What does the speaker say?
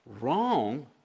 wrong